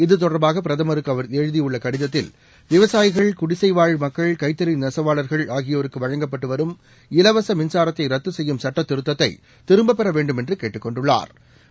இது தொடர்பாக பிரதமருக்கு அவர் எழுதியுள்ள கடிதத்தில் விவசாயிகள் குடிசைவாழ் மக்கள் கைத்தறி நெசவாளா்கள் ஆகியோருக்கு வழங்கப்பட்டு வரும் இலவச மின்சாரத்தை ரத்து செய்யும் சட்டத்திருத்தத்தை திரும்பப்பெற வேண்டுமென்று கேட்டுக் கொண்டுள்ளாா்